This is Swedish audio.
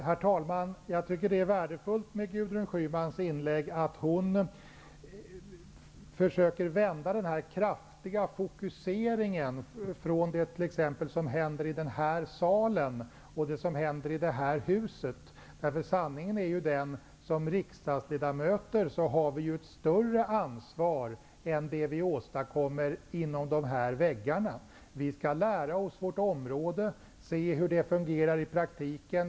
Herr talman! Det var värdefullt att Gudrun Schyman i sitt inlägg försökte vända uppmärksamheten från den kraftiga fokuseringen mot det som händer i den här salen och i det här huset. Sanningen är ju den att vi som riksdagsledamöter har ett ansvar för mycket mer än det som sker inom dessa väggar. Vi skall lära oss vårt område och se hur det fungerar i praktiken.